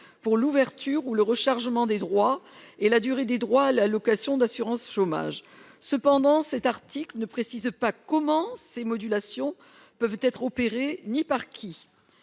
pour l'ouverture, ou le rechargement des droits et la durée des droits à la location d'assurance chômage, cependant, cet article ne précise pas comment ces modulations peuvent être opéré, ni par qui